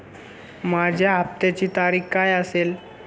माझ्या हप्त्याची तारीख काय असेल?